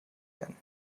werden